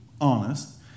honest